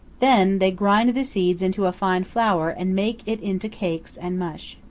then they grind the seeds into a fine flour and make it into cakes and mush.